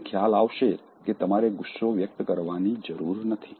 તમને ખ્યાલ આવશે કે તમારે ગુસ્સો વ્યક્ત કરવાની જરૂર નથી